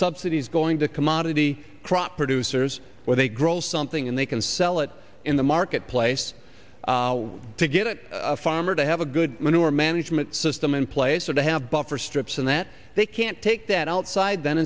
subsidies going to commodity crops producers where they grow something and they can sell it in the marketplace to get it a farmer to have a good manure management system in place or to have buffer strips and that they can't take that outside then